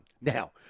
Now